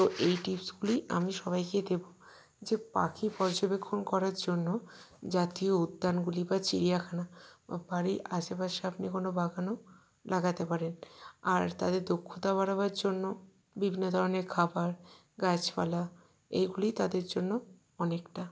তো এই টিপসগুলি আমি সবাইকে দেব যে পাখি পর্যবেক্ষণ করার জন্য জাতীয় উদ্যানগুলি বা চিড়িয়াখানা বা বাড়ির আশেপাশে আপনি কোনো বাগানও লাগাতে পারেন আর তাদের দক্ষতা বাড়াবার জন্য বিভিন্ন ধরনের খাবার গাছপালা এইগুলি তাদের জন্য অনেকটা